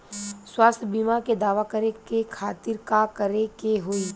स्वास्थ्य बीमा के दावा करे के खातिर का करे के होई?